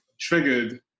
Triggered